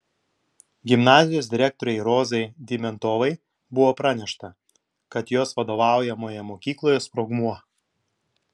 gimnazijos direktorei rozai dimentovai buvo pranešta kad jos vadovaujamoje mokykloje sprogmuo